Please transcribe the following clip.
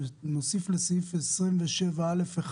שנוסיף לסעיף 27א1: